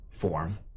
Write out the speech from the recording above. Form